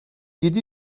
yedi